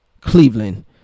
Cleveland